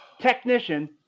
technician